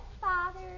Father